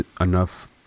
enough